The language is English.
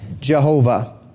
Jehovah